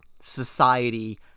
society